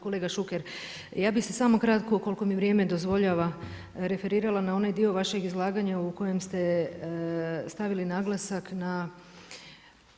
Kolega Šuker, ja bi se samo kratko koliko mi vrijeme dozvoljava referirala na onaj dio vašeg izlaganja u kojem ste stavili naglasak na